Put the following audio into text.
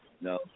No